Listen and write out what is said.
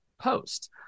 post